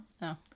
No